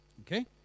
Okay